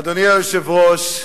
אדוני היושב-ראש,